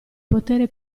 potere